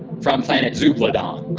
from planet zoopladon.